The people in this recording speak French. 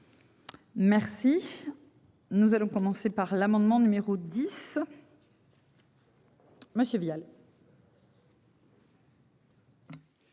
Merci. Nous allons commencer par l'amendement numéro 10. Monsieur Vial.